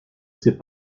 sais